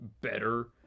better